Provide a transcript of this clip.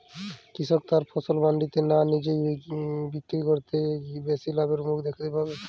কৃষক তার ফসল মান্ডিতে না নিজে বিক্রি করলে বেশি লাভের মুখ দেখতে পাবে?